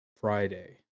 Friday